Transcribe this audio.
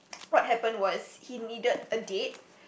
what happened was he needed a date